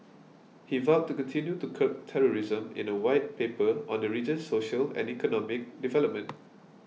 he vowed to continue to curb terrorism in a White Paper on the region's social and economic development